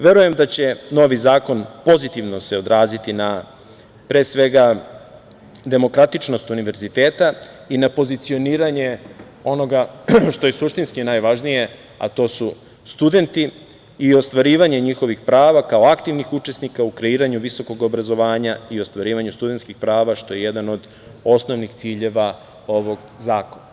Verujem da će se novi zakon pozitivno odraziti na pre svega demokratičnost univerziteta i na pozicioniranje onoga šta je suštinski najvažnije, a to su studenti i ostvarivanje njihovih prava kao aktivnih učesnika u kreiranju visokog obrazovanja i ostvarivanju studentskih prava, što je jedan od osnovnih ciljeva ovog zakona.